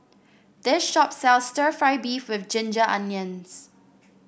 this shop sells stir fry beef with Ginger Onions